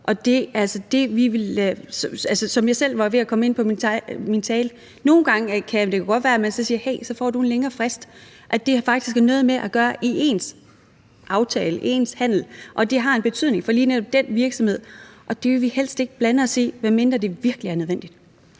som jeg selv var inde på i min tale, kan det jo nogle gange godt være, at man siger til nogle, at de så får en længere frist – altså at det faktisk har noget at gøre med ens aftale, ens handel, og at det har en betydning for lige netop den virksomhed. Og det vil vi helst ikke blande os i, medmindre det virkelig er nødvendigt.